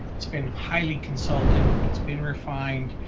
it's been highly consulted, it's been refined,